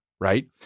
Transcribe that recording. right